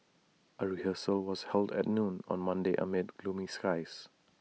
A rehearsal was held at noon on Monday amid gloomy skies